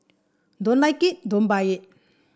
don't like it don't buy it